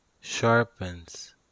sharpens